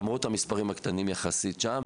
למרות המספרים הקטנים יחסית שם.